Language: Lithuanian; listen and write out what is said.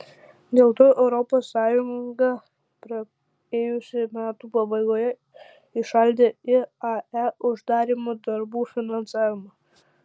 dėl to europos sąjunga praėjusių metų pabaigoje įšaldė iae uždarymo darbų finansavimą